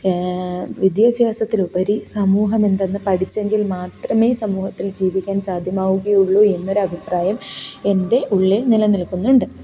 വിദ്യാഭ്യാസത്തിലുപരി സമൂഹം എന്തെന്ന് പഠിച്ചെങ്കില് മാത്രമേ സമൂഹത്തില് ജീവിക്കാന് സാധ്യമാവുകയുള്ളൂ എന്നൊരഭിപ്രായം എന്റെ ഉള്ളില് നിലനില്ക്കുന്നുണ്ട്